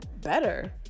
better